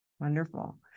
Wonderful